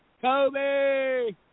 Kobe